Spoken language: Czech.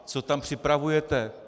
Co tam připravujete?